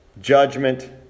judgment